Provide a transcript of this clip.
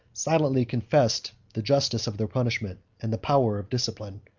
silently confessed the justice of their punishment, and the power of discipline,